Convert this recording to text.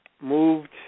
moved